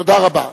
תודה רבה.